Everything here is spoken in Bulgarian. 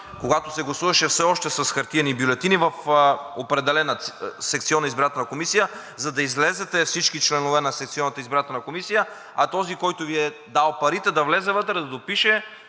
когато се гласуваше все още с хартиени бюлетини. В определена секционна избирателна комисия, за да излезете всички членове на секционната избирателна комисия, а този, който Ви е дал парите, да влезе вътре, да допише